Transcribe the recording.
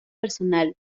personal